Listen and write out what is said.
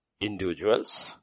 individuals